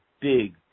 big